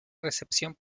recepción